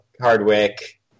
Hardwick